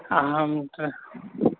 अहं तु